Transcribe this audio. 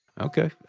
Okay